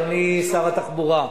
אדוני שר התחבורה,